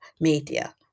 media